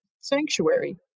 sanctuary